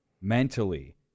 mentally